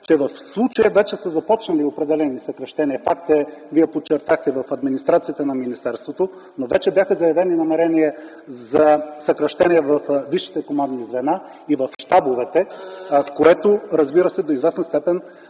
че в случая вече са започнали определени съкращения. Факт е, Вие подчертахте, в администрацията на министерството, но вече бяха заявени намерения за съкращения във висшите командни звена и в щабовете, което според мен до известна степен